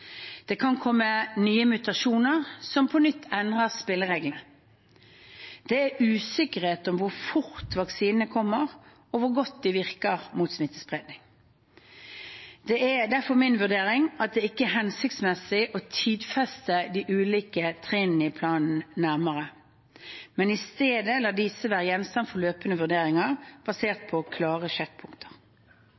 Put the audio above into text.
Det kan komme nye mutasjoner som på nytt endrer spillereglene. Det er usikkerhet om hvor fort vaksinene kommer, og hvor godt de virker mot smittespredning. Det er derfor min vurdering at det ikke er hensiktsmessig å tidfeste de ulike trinnene i planen nærmere, men i stedet la disse være gjenstand for løpende vurderinger basert